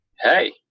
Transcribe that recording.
hey